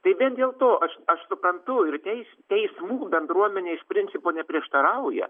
tai vien dėl to aš aš suprantu ir teis teismų bendruomenė iš principo neprieštarauja